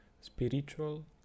spiritual